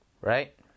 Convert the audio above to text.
right